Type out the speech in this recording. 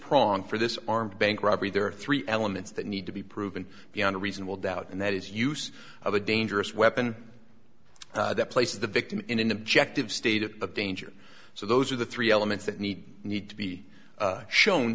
prong for this armed bank robbery there are three elements that need to be proven beyond a reasonable doubt and that is use of a dangerous weapon that placed the victim in an objective state of the danger so those are the three elements that need need to be shown